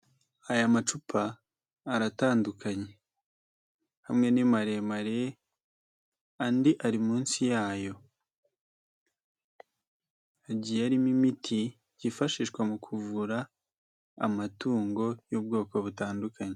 Aya macupa aratandukanye, amwe ni maremare andi ari munsi yayo, agiye arimo imiti yifashishwa mu kuvura amatungo y'ubwoko butandukanye.